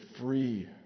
free